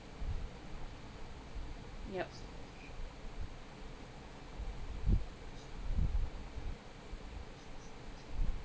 yup